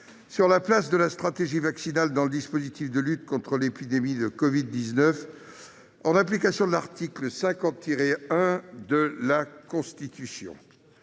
sur la place de la stratégie vaccinale dans le dispositif de lutte contre l'épidémie de covid-19, en application de l'article 50-1 de la Constitution.